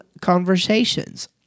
conversations